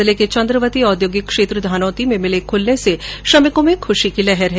जिले के चंद्रवती औद्योगिक क्षेत्र धानौती में मिलें खुलने से श्रमिकों में खुशी की लहर है